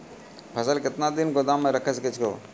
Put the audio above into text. फसल केतना दिन गोदाम मे राखै सकै छौ?